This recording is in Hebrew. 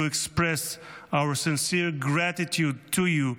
express our sincere gratitude to you,